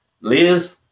Liz